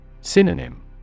Synonym